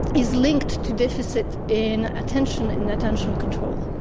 is linked to deficit in attention and attentional control.